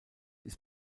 ist